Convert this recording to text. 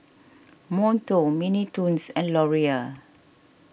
Monto Mini Toons and Laurier